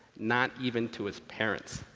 not even to his parents.